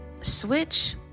Switch